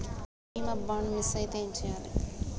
బీమా bond miss అయితే ఏం చేయాలి?